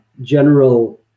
general